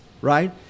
right